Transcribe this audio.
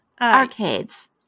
Arcades